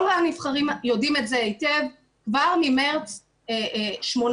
כל הנבחרים יודעים את זה היטב כבר ממרץ 2018,